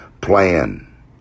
plan